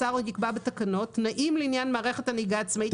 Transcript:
השר יקבע בתקנות תנאים לעניין מערכת הנהיגה העצמאית.